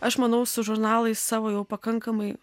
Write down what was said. aš manau su žurnalais savo jau pakankamai